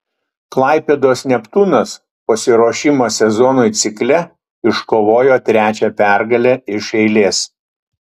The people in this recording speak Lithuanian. klaipėdos neptūnas pasiruošimo sezonui cikle iškovojo trečią pergalę iš eilės